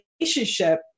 relationship